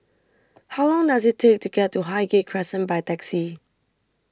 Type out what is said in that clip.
How Long Does IT Take to get to Highgate Crescent By Taxi